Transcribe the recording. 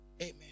Amen